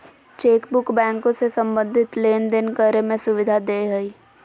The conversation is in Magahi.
चेकबुक बैंको से संबंधित लेनदेन करे में सुविधा देय हइ